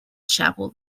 chapel